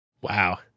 Wow